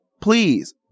please